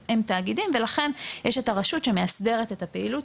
הם תאגידים ולכן יש את הרשות שמהסדרת את הפעילות